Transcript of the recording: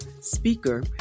speaker